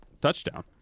touchdown